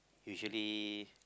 usually